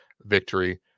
victory